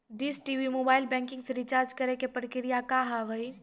Dish TV mobile banking से recharge करे के प्रक्रिया का हाव हई?